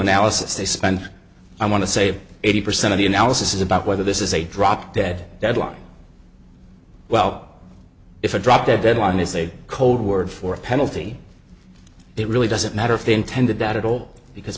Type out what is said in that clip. analysis they spend i want to say eighty percent of the analysis is about whether this is a drop dead deadline well if a drop dead deadline is a code word for a penalty it really doesn't matter if they intended that at all because